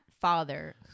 father